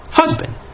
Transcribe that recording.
husband